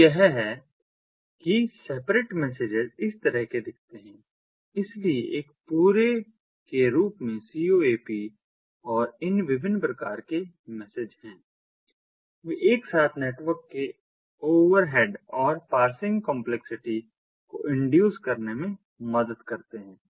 तो यह है कि सेपरेट मैसेजेस इस तरह के दिखते हैं इसलिए एक पूरे के रूप में CoAP और इन विभिन्न प्रकार के मैसेज हैं वे एक साथ नेटवर्क के ओवरहेडऔर पार्सिंग कंपलेक्सिटी को इंड्यूस करने में मदद करते हैं